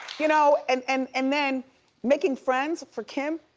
you know? and and and then making friends for kim,